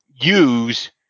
use